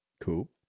Cool